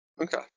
Okay